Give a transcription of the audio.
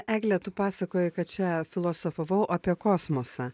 egle tu pasakoji kad čia filosofavau apie kosmosą